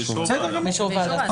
זה באישור ועדה.